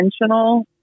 intentional